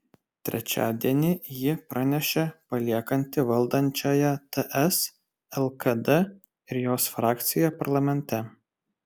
trečiadienį ji pranešė paliekanti valdančiąją ts lkd ir jos frakciją parlamente